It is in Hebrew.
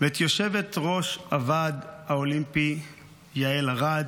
ואת יושבת-ראש הועד האולימפי יעל ארד.